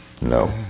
No